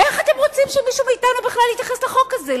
איך אתם רוצים שמישהו מאתנו בכלל יתייחס לחוק הזה?